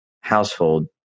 household